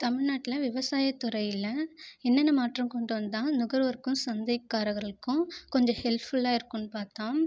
தமிழ்நாட்டில் விவசாய துறையில் என்னென்ன மாற்றம் கொண்டு வந்தால் நுகர்வோர்க்கும் சந்தைக்காரர்களுக்கும் கொஞ்சம் ஹெல்ஃப்ஃபுல்லா இருக்குனு பார்த்தா